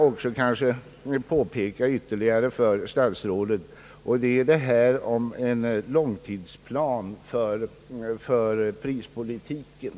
Till slut vill jag erinra statsrådet om frågan om en långtidsplan för prispolitiken.